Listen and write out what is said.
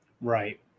Right